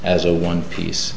as a one piece